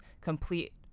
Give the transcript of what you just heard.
complete